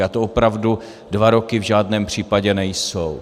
A to opravdu dva roky v žádném případě nejsou.